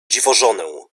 dziwożonę